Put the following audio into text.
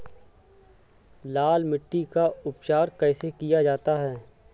लाल मिट्टी का उपचार कैसे किया जाता है?